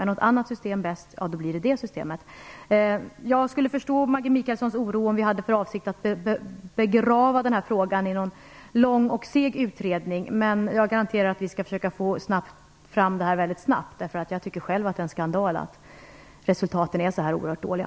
Är något annat system bäst, genomförs det systemet. Jag skulle förstå Maggi Mikaelssons oro, om vi hade för avsikt att begrava denna fråga i en lång och seg utredning, men jag garanterar att vi skall försöka få fram ett resultat mycket snabbt. Jag tycker själv att det är en skandal att resultaten är så oerhört dåliga.